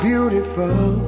Beautiful